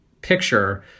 picture